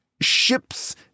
ships